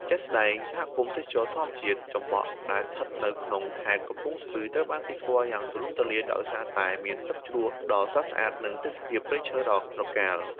ជាក់ស្ដែង សហគមន៍ទេសចរណ៍ធម្មជាតិចំបក់ ដែលស្ថិតនៅក្នុងខេត្តកំពង់ស្ពឺ ត្រូវបានគេស្គាល់យ៉ាងទូលំទូលាយដោយសារតែមានទឹកជ្រោះដ៏ស្រស់ស្អាត និងទេសភាពព្រៃឈើដ៏ត្រកាល។